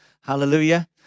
Hallelujah